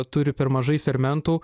turi per mažai fermentų